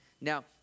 Now